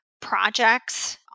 projects